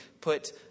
put